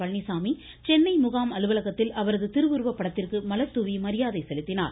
பழனிசாமி சென்னை முகாம் அலுவலகத்தில் அவரது திருவுருவ படத்திற்கு மலர்தூவி மரியாதை செலுத்தினார்